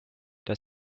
der